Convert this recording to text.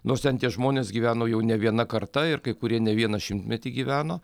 nors ten tie žmonės gyveno jau ne viena karta ir kai kurie ne vieną šimtmetį gyveno